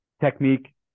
technique